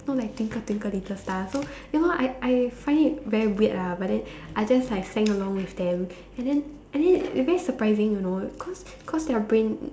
not like twinkle twinkle little star so ya lor I I find it very weird lah but then I just like sang along with them and then and then it very surprising you know cause cause their brain